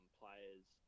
players